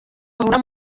ahura